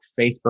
Facebook